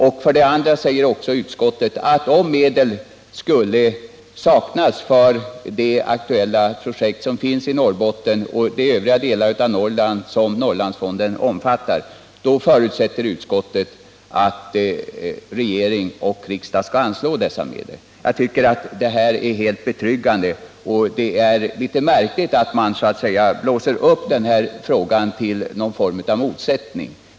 Vidare säger utskottet att om medel skulle saknas för de aktuella projekt som finns i Norrbotten och de övriga delar av Norrland som Norrlandsfonden omfattar förutsätter utskottet att regering och riksdag skall anslå dessa medel. Jag tycker att detta är helt betryggande. Det är litet märkligt att man så att säga blåser upp denna fråga till någon form av motsättning.